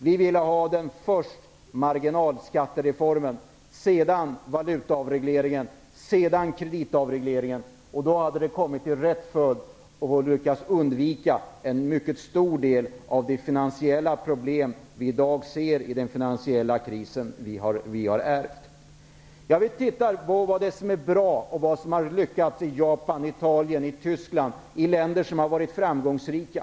Vi ville först ha marginalskattereformen, sedan valutaavregleringen och därefter kreditavregleringen. Detta hade varit den rätta ordningsföljden, och vi hade då kunnat undvika en mycket stor del av de finansiella problem som vi i dag ser i den finansiella kris som vi har ärvt. Jag vill peka på vad det är som är bra och vad man har lyckats med i Japan, Italien och Tyskland -- länder som har varit framgångsrika.